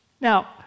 Now